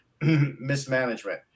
mismanagement